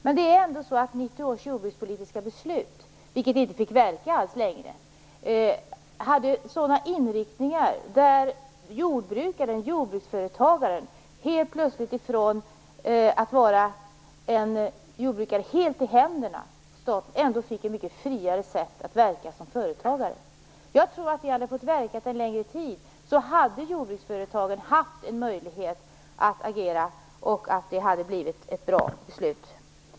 Men det är ändå så att 1990 års jordbrukspolitiska beslut, vilket inte fick verka särskilt länge, hade en sådan inriktning att en jordbrukare från att ha varit helt i händerna på staten plötsligt fick ett mycket friare sätt att verka som företagare. Om detta beslut hade fått verka längre tid tror jag att jordbruksföretagen skulle ha haft en möjlighet att agera och att det hade blivit ett bra beslut.